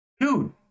dude